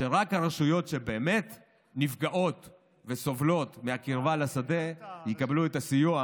שרק הרשויות שבאמת נפגעות וסובלות מהקרבה לשדה יקבלו את הסיוע,